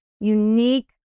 unique